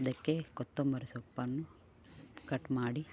ಅದಕ್ಕೆ ಕೊತ್ತಂಬರಿ ಸೊಪ್ಪನ್ನು ಕಟ್ ಮಾಡಿ